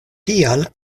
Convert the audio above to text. tial